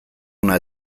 ona